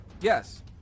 yes